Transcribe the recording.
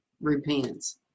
repents